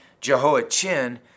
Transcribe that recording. Jehoiachin